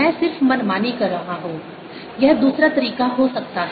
मैं सिर्फ मनमानी कर रहा हूं यह दूसरा तरीका हो सकता है